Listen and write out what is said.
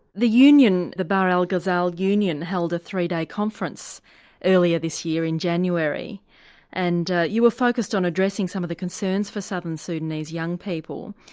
the union the bahr-el ghazal union held a three-day conference earlier this year in january and you were focused on addressing some of the concerns for southern sudanese young people.